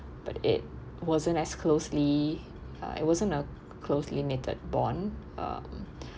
but it wasn't as closely uh it wasn't a closed limited bond um